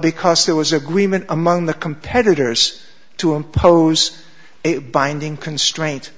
because there was agreement among the competitors to impose a binding constraint